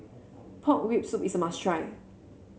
Pork Rib Soup is a must try